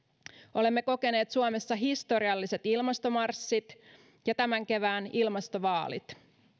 olemme kokeneet suomessa historialliset ilmastomarssit ja tämän kevään ilmastovaalit